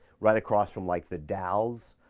right across from like the dalles,